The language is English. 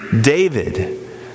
David